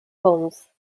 holmes